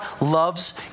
loves